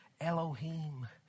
Elohim